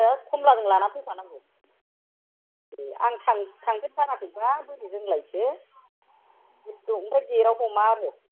खमलाजों लानानै फैफानांगौ ए आं थांफेरथाराखैबा बोरै रोंलायखो ओमफ्राय गेट आव हमा आरो